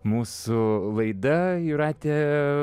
mūsų laida jūrate